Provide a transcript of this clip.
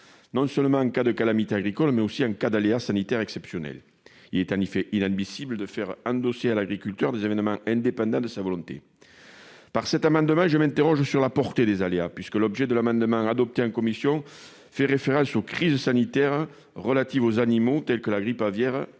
non seulement en cas de calamité agricole, mais aussi en cas d'aléas sanitaires exceptionnels. Il est en effet inadmissible de faire endosser à l'agriculteur des événements indépendants de sa volonté. Pour autant, je m'interroge sur la portée de ces aléas. L'objet de l'amendement adopté en commission fait référence aux crises sanitaires relatives aux animaux, telles que la grippe aviaire ou